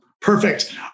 Perfect